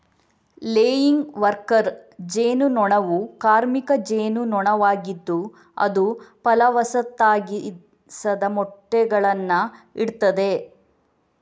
laying worker ಜೇನು ನೊಣವು ಕಾರ್ಮಿಕ ಜೇನು ನೊಣವಾಗಿದ್ದು ಅದು ಫಲವತ್ತಾಗಿಸದ ಮೊಟ್ಟೆಗಳನ್ನ ಇಡ್ತದೆ